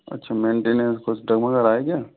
अच्छा मैन्ट्नन्स कुछ डगमगा रहा है क्या